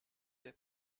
that